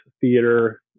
theater